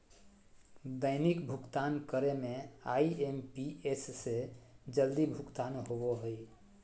दैनिक भुक्तान करे में आई.एम.पी.एस से जल्दी भुगतान होबो हइ